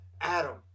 Adam